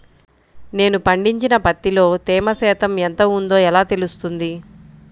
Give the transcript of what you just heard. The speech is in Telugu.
నేను పండించిన పత్తిలో తేమ శాతం ఎంత ఉందో ఎలా తెలుస్తుంది?